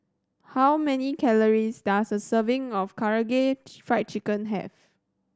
how many calories does a serving of Karaage Fried Chicken have